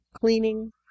cleaning